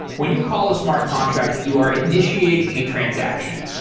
when you call the smart contract, you are initiating a transaction.